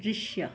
दृश्य